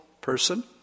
person